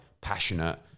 Passionate